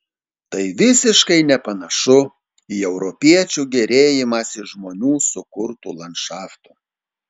tai visiškai nepanašu į europiečių gėrėjimąsi žmonių sukurtu landšaftu